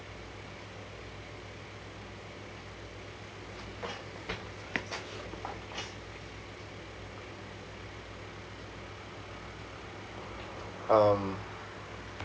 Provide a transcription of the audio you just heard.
um